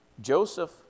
Joseph